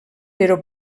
però